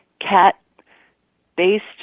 cat-based